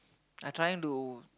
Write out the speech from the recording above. I trying to